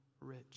rich